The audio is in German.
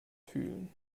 fühlen